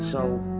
so,